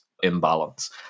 imbalance